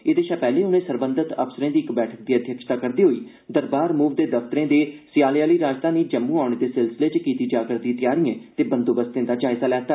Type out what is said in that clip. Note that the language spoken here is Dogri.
एहदे शा पैहले उनें सरबंधित अफ्सरें दी इक बैठक दी अध्यक्षता करदे होई दरबार मूव दे दफ्तरे दे स्याले आहली राजधानी जम्म् औने दे सिलसिले च कीती जा'रदियें तैयारियें ते बंदोबस्तें दी समीक्षा कीती